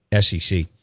SEC